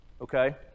Okay